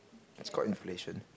it's called inflation